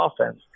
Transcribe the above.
offense